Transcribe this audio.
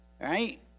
right